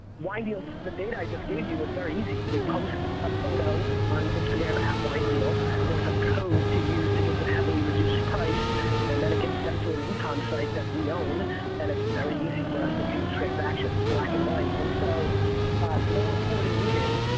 winedeals the data i just gave you is very easy. we post a photo on instagram winedeals there's a code to use to get the heavily reduced price and then it gets sent to a e-comm site that we own and it's very easy for us to see the transactions black and white and so no reporting needed